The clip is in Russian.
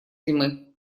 зимы